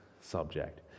subject